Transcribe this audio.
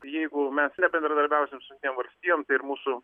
jeigu mes nebendradarbiausim su jungtinėm valstijom tai ir mūsų